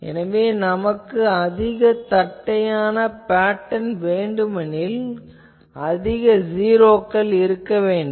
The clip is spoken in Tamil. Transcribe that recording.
எனவே நமக்கு அதிக தட்டையான பேட்டர்ன் வேண்டுமெனில் அதிக ஜீரோக்கள் இருக்க வேண்டும்